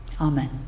Amen